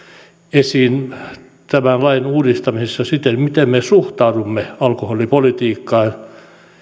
esiin tämän lain uudistamisessa siten miten me suhtaudumme alkoholipolitiikkaan